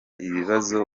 ibibazo